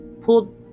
pulled